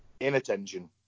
inattention